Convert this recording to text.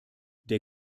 der